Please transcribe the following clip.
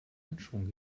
anschwung